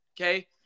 okay